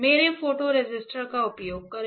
मेरे photo resistor का उपयोग करके